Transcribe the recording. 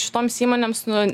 šitoms įmonėms nu